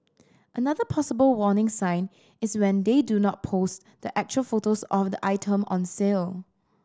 another possible warning sign is when they do not post the actual photos of the item on sale